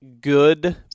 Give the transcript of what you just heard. good